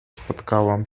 spotkałam